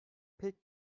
pek